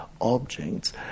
objects